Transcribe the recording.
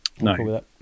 No